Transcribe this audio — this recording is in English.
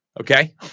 Okay